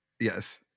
Yes